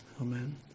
amen